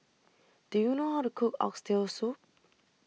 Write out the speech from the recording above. Do YOU know How to Cook Oxtail Soup